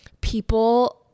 people –